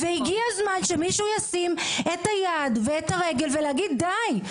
והגיע הזמן שמישהו ישים את יד ואת הרגל ולהגיד: די,